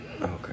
Okay